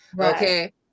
okay